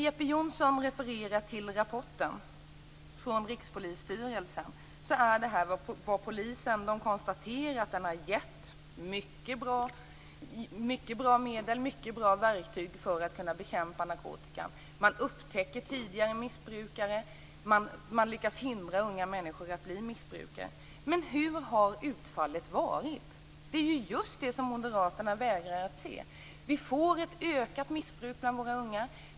Jeppe Johnsson refererade till en rapport från Rikspolisstyrelsen där det konstateras att detta förbud har gett mycket bra verktyg för att bekämpa narkotikan. Man upptäcker tidigare missbrukare och man lyckas hindra unga människor från att bli missbrukare. Men hur har utfallet varit? Det är ju just det som moderaterna vägrar att se. Missbruket ökar bland våra unga.